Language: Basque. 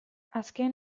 azken